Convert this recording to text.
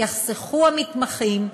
יחסכו המתמחים,